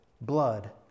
blood